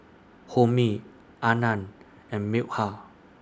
Homi Anand and Milkha